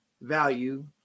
value